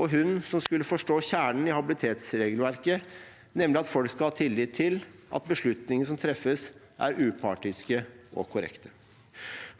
og hun som skulle forstå kjernen i habilitetsregelverket, nemlig at folk skal ha tillit til at beslutninger som treffes, er upartiske og korrekte.